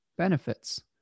benefits